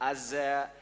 אם